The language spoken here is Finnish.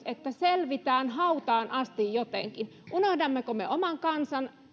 että selvitään hautaan asti jotenkin unohdammeko me oman kansan